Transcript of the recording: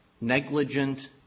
Negligent